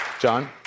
John